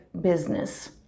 business